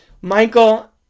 Michael